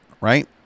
right